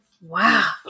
Wow